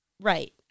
right